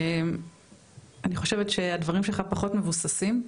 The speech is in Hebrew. הדברים שלך פחות מבוססים,